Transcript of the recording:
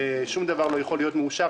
שום דבר לא יכול להיות מאושר,